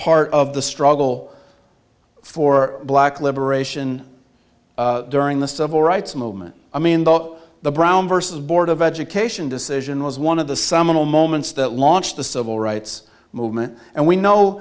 part of the struggle for black liberation during the civil rights movement i mean the brown versus board of education decision was one of the someone'll moments that launched the civil rights movement and we know